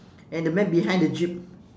and the man behind the jeep